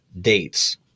dates